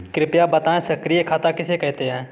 कृपया बताएँ सक्रिय खाता किसे कहते हैं?